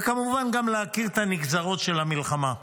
וכמובן גם להכיר את הנגזרות של המלחמה.